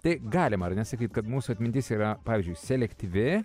tai galima ar ne sakyt kad mūsų atmintis yra pavyzdžiui selektyvi